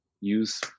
use